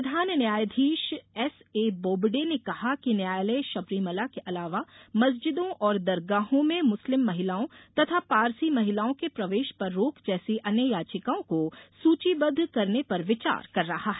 प्रधान न्यायाधीश S A Bobde ने कहा कि न्यायालय शबरीमला के अलावा मस्जिदों और दरगाहों में मुस्लिम महिलाओं तथा पारसी महिलाओं के प्रवेश पर रोक जैसी अन्य याचिकाओं को सूचीबद्व करने पर विचार कर रहा है